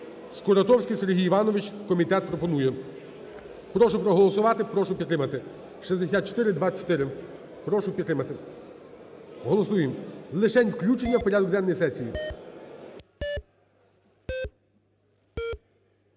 Скуратовський Сергій Іванович. Комітет пропонує. Прошу проголосувати, прошу підтримати. 6424, прошу підтримати. Голосуємо лишень включення у порядок денний сесії.